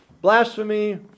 Blasphemy